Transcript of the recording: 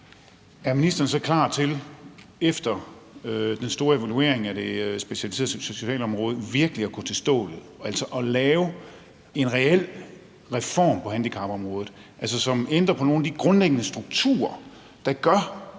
er ministeren så klar til efter den store evaluering af det specialiserede socialområde virkelig at gå til stålet, altså at lave en reel reform på handicapområdet, som ændrer på nogle af de grundlæggende strukturer, der gør,